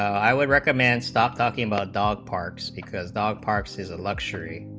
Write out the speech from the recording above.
i would recommend stop talking about the parks because the parks is a luxury